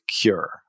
cure